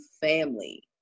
family